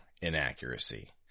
inaccuracy